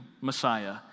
Messiah